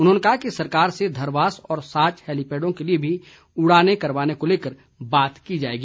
उन्होंने कहा कि सरकार से धरवास और साच हैलीपैडों के लिए भी उड़ानें करवाने को लेकर बात की जाएगी